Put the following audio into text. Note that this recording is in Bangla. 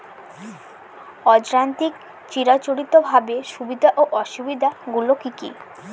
অযান্ত্রিক চিরাচরিতভাবে সুবিধা ও অসুবিধা গুলি কি কি?